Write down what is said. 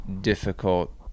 difficult